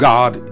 God